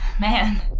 Man